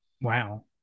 wow